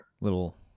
Little